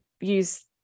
use